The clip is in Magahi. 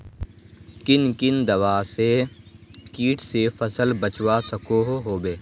कुन कुन दवा से किट से फसल बचवा सकोहो होबे?